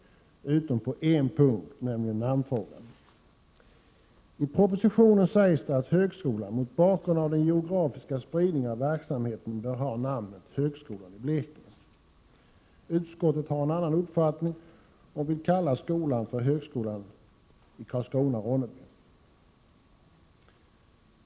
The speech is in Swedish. Det är bara på en punkt som man inte varit enig, nämligen i namnfrågan. I propositionen sägs det att högskolan, mot bakgrund av den geografiska spridningen av verksamheten, bör ha namnet högskolan i Blekinge. Utskottet har dock en annan uppfattning och vill ha benämningen högskolan i Karlskrona-Ronneby.